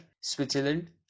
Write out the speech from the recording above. Switzerland